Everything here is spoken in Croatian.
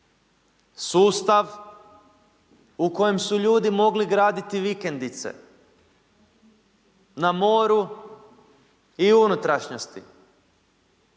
Sustav u kojem su ljudi mogli graditi vikendice na moru i u unutrašnjosti.